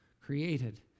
created